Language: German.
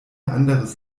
anderes